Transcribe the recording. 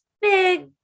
big